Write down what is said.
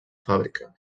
fàbrica